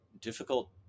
difficult